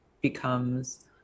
becomes